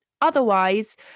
Otherwise